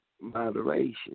moderation